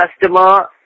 customer